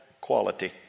quality